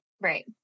right